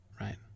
right